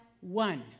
one